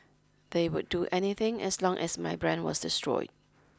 they would do anything as long as my brand was destroyed